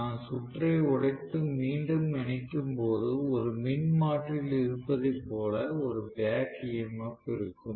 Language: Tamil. நான் சுற்று உடைத்து மீண்டும் இணைக்கும்போது ஒரு மின்மாற்றியில் இருப்பதை போல ஒரு பேக் EMF இருக்கும்